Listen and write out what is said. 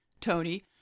Tony